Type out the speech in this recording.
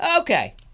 okay